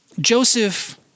Joseph